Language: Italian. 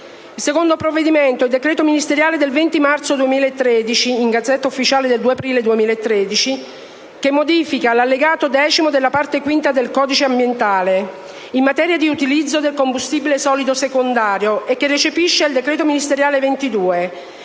Il secondo provvedimento è il decreto ministeriale del 20 marzo 2013, pubblicato nella *Gazzetta Ufficiale* del 2 aprile 2013, che modifica l'allegato X della parte quinta del codice ambientale, in materia di utilizzo del combustibile solido secondario e che recepisce il decreto ministeriale n.